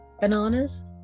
Bananas